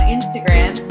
Instagram